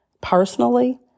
personally